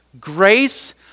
Grace